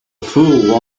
fool